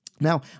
Now